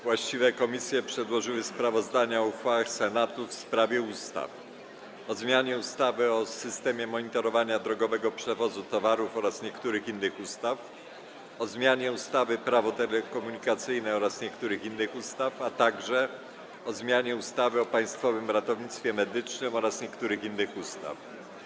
Właściwe komisje przedłożyły sprawozdania o uchwałach Senatu w sprawie ustaw: - o zmianie ustawy o systemie monitorowania drogowego przewozu towarów oraz niektórych innych ustaw, - o zmianie ustawy Prawo telekomunikacyjne oraz niektórych innych ustaw, - o zmianie ustawy o Państwowym Ratownictwie Medycznym oraz niektórych innych ustaw.